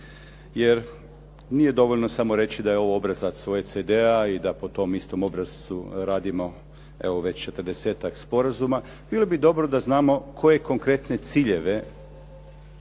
jer nije dovoljno samo reći da je ovo obrazac …/Govornik se ne razumije./… i da po tom istom obrascu radimo evo već 40-ak sporazuma. Bilo bi dobro da znamo koje konkretne ciljeve